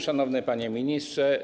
Szanowny Panie Ministrze!